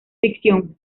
ficción